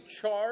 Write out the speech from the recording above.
charge